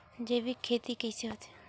जैविक खेती कइसे होथे?